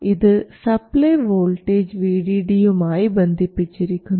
ഇത് supply voltage Vdd യുമായി ബന്ധിപ്പിച്ചിരിക്കുന്നു